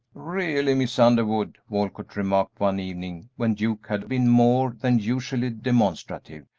really, miss underwood, walcott remarked one evening when duke had been more than usually demonstrative,